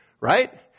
right